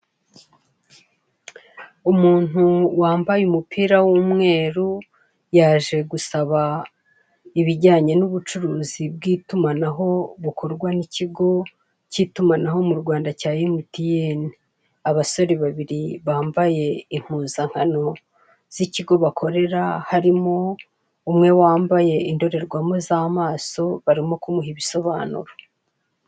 Umuntu wambaye umupira w'umweru yaje gusaba ibijyanye n'ubucuruzi bw'itumanaho bukorwa n'ikigo cy'itumanaho mu Rwanda cya MTN, abasore babiri bambaye impuzankano z'ikigo bakorera harimo umwe wambaye indorerwamo z'amaso barimo kumuha ibisobanuro.